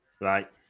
right